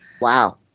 Wow